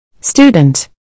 Student